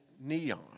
neon